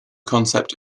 concept